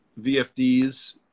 VFDs